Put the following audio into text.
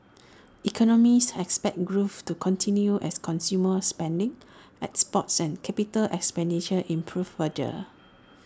economists has expect growth to continue as consumer spending exports and capital expenditure improve further